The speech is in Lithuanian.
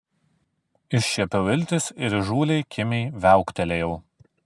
iššiepiau iltis ir įžūliai kimiai viauktelėjau